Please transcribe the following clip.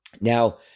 Now